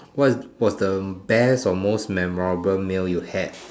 what was the best or most memorable meal you had